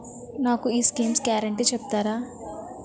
నాకు ఈ schemes guarantee చెప్తారా?